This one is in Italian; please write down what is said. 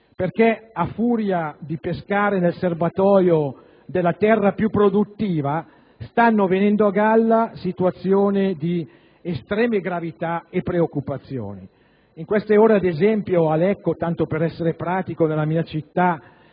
perché a furia di pescare nel serbatoio della terra più produttiva stanno venendo a galla situazioni di estrema gravità e preoccupazione. Ad esempio, a Lecco, tanto per essere pratico, nella mia città,